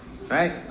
right